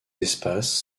espaces